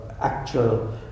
actual